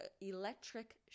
electric